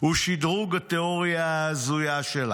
היא שדרוג התיאוריה ההזויה שלה.